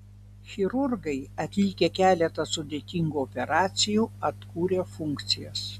chirurgai atlikę keletą sudėtingų operacijų atkūrė funkcijas